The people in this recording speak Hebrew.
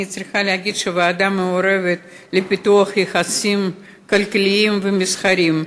אני צריכה להגיד שבוועדה המעורבת לפיתוח יחסים כלכליים ומסחריים,